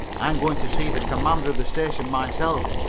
i am going to see the commander of the station myself.